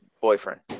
boyfriend